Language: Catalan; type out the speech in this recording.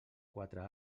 quatre